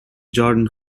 jordan